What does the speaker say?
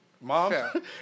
mom